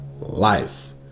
Life